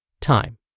Time